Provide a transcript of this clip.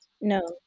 no